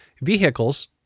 vehicles